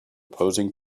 posing